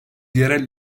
yerel